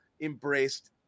embraced